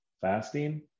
fasting